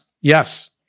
yes